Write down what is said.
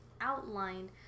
outlined